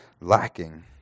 lacking